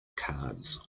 cards